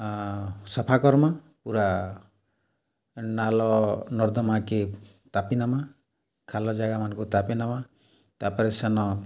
ସଫା କର୍ମା ପୁରା ନାଲ ନର୍ଦ୍ଦମାକେ ତାପି ନେମା ଖାଲ ଜାଗାମାନ୍ଙ୍କୁ ତାପି ନେମା ତା'ପରେ ସେନ